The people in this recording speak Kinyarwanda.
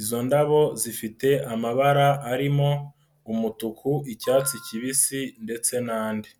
Izo ndabo zifite amabara arimo: umutuku, icyatsi kibisi ndetse n'andi.